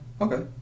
Okay